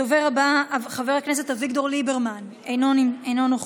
הדובר הבא, חבר הכנסת אביגדור ליברמן, אינו נוכח,